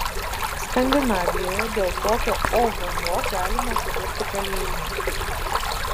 skandinavijoje dėl tokio ohoho galima atsidurti kalėjime